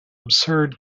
absurd